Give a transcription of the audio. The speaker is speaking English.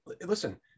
listen